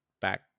back